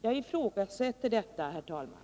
Jag ifrågasätter det, herr talman.